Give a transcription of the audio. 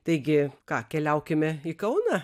taigi ką keliaukime į kauną